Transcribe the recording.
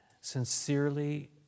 sincerely